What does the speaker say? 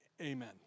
Amen